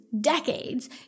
decades